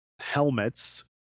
helmets